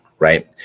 right